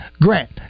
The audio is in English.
Grant